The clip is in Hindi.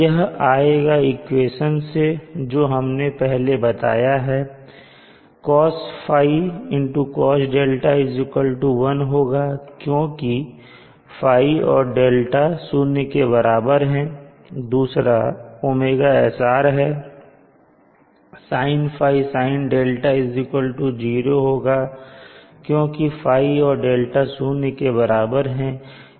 यह आएगा इक्वेशन से जो हमने पहले बताया है cosϕ cos δ 1 होगा क्योंकि ϕ और δ शून्य के बराबर हैं दूसरा ωsr है sinϕ sinδ 0 क्योंकि ϕ और δ शून्य के बराबर हैं